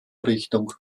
richtung